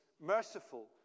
merciful